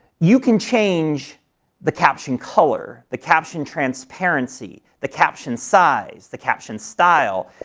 you can change the caption color, the caption transparency, the caption size, the caption style,